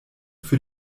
für